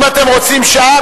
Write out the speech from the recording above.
אם אתם רוצים שעה,